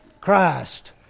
Christ